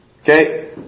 Okay